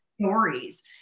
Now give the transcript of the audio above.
stories